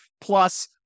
Plus